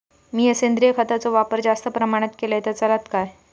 मीया सेंद्रिय खताचो वापर जास्त प्रमाणात केलय तर चलात काय?